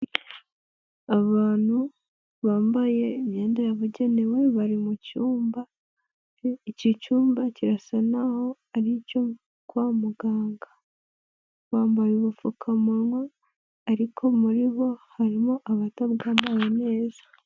Abantu bambaye imyenda yabugenewe bari mu cyumba. Iki cyumba kirasa naho ari icyo kwa muganga. Bambaye ubupfukamunwa ariko muri bo harimo abatabwambaye neza.